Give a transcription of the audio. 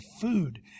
food